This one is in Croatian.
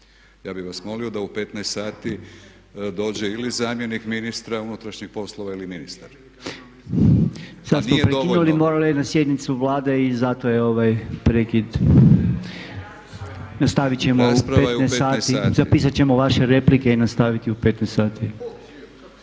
Ja bih vas molio da u 15,00 sati dođe ili zamjenik ministra unutarnjih poslova ili ministar. **Podolnjak, Robert (MOST)** Sad smo prekinuli, morao je na sjednicu Vlade i zato je ovaj prekid. Nastavit ćemo u 15,00 sati. Zapisat ćemo vaše replike i nastaviti u 15,00 sati.